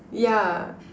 yeah